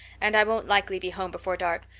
and i won't likely be home before dark.